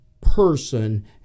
person